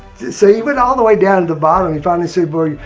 so he went all the way down to the bottom. he finally said, well, yeah